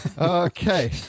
okay